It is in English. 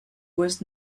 was